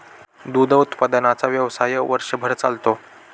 दूध उत्पादनाचा व्यवसाय वर्षभर चालतो